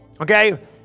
Okay